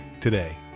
today